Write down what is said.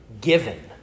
given